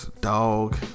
dog